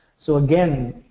so, again,